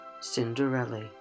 Cinderella